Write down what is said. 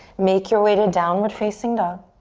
make your way to downward facing dog.